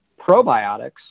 probiotics